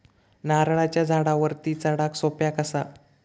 नारळाच्या झाडावरती चडाक सोप्या कसा?